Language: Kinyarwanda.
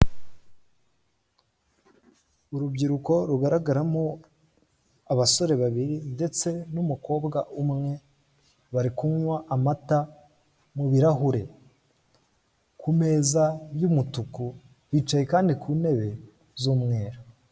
Urubyiruko rugaragaramo abasore babiri ndetse n'umukobwa umwe, bari kunywa amata, mubirahure. Ku meza y'umutuku, bicaye kandi ku ntebe z'umweru.